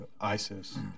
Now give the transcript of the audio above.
ISIS